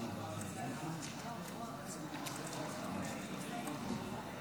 להלן תוצאות ההצבעה: 41 בעד,